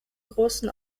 großen